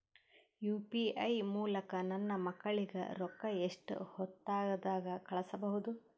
UPI ಮೂಲಕ ನನ್ನ ಮಕ್ಕಳಿಗ ರೊಕ್ಕ ಎಷ್ಟ ಹೊತ್ತದಾಗ ಕಳಸಬಹುದು?